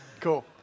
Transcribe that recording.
Cool